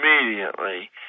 immediately